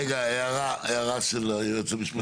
רגע, הערה של הייעוץ המשפטי.